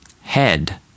head